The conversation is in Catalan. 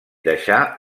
deixà